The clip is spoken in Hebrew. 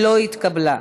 נתקבלה.